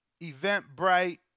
Eventbrite